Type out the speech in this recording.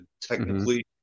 technically